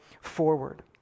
forward